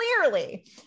Clearly